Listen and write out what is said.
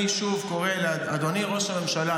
אני שוב קורא: אדוני ראש הממשלה,